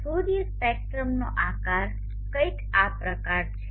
સૂર્ય સ્પેક્ટ્રમનો આકાર કંઈક આ પ્રકારનો છે